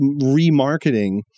remarketing